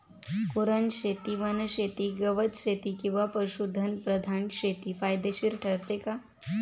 कुरणशेती, वनशेती, गवतशेती किंवा पशुधन प्रधान शेती फायदेशीर ठरते का?